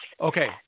Okay